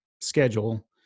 schedule